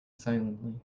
silently